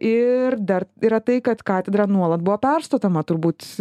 ir dar yra tai kad katedra nuolat buvo perstatoma turbūt